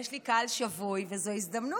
יש לי קהל שבוי, וזו הזדמנות,